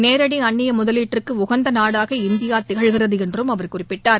நேரடிஅந்நியமுதலீட்டுக்குஉகந்தநாடாக இந்தியாதிகழ்கிறதுஎன்றும் அவர் குறிப்பிட்டார்